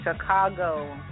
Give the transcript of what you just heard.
Chicago